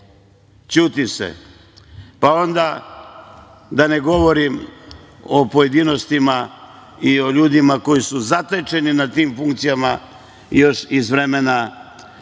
ćuti se. Pa, onda da ne govorim o pojedinostima i o ljudima koji su zatečeni na tim funkcijama još iz vremena